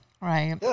Right